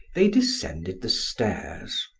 they descended the stairs.